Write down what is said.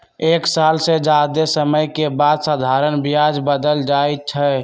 एक साल से जादे समय के बाद साधारण ब्याज बदल जाई छई